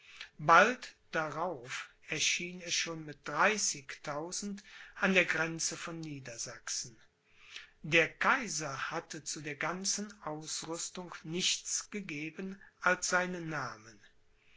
bald darauf erschien er schon mit dreißigtausend an der grenze von niedersachsen der kaiser hatte zu der ganzen ausrüstung nichts gegeben als seinen namen